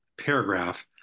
paragraph